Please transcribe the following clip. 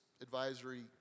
advisory